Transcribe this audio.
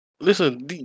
Listen